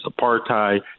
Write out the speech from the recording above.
apartheid